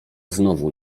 znowu